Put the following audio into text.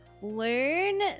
Learn